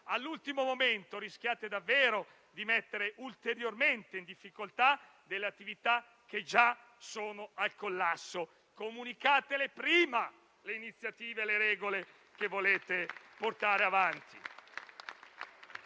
all'ultimo momento, rischiate davvero di mettere ulteriormente in difficoltà delle attività che già sono al collasso. Comunicate prima le iniziative e le regole che volete portare avanti.